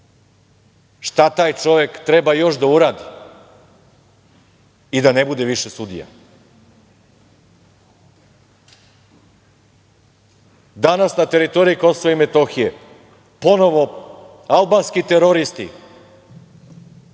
šta taj čovek treba još da uradi i da ne bude više sudija? Danas na teritoriji Kosova i Metohije ponovo albanski teroristi,